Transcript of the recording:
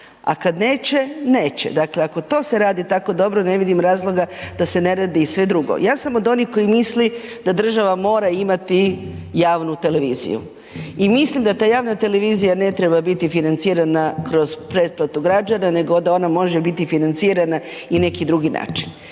a kad neće neće. Dakle, ako to se radi tako dobro ne vidim razloga da se ne radi i sve drugo. Ja sam od onih koji misli da država mora imati javnu televiziju i mislim da ta javna televizija ne treba biti financirana kroz pretplatu građana, nego da ona može biti financirana i na neki drugi način.